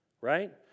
Right